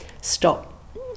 stop